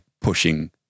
pushing